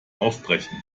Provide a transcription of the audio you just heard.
aufbrechen